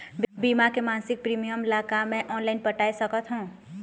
बीमा के मासिक प्रीमियम ला का मैं ऑनलाइन पटाए सकत हो?